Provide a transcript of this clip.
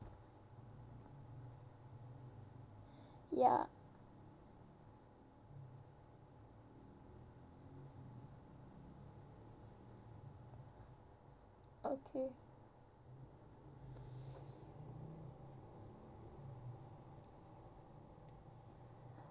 ya okay